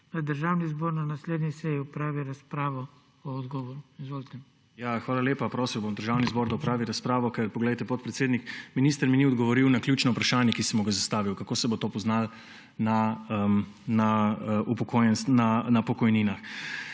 Državni zbor na naslednji seji opravi razpravo o odgovori. Izvolite. **PRIMOŽ SITER (PS Levica):** Hvala lepa. Prosil bom Državni zbor, da opravi razpravo, ker poglejte, podpredsednik, minister mi ni odgovoril na ključno vprašanje, ki sem mu ga zastavil – kako se bo to poznalo na pokojninah?